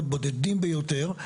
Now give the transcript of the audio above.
בודדים ביותר.